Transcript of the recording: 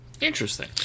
Interesting